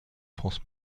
france